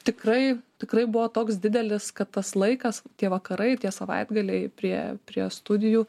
tikrai tikrai buvo toks didelis kad tas laikas tie vakarai tie savaitgaliai prie prie studijų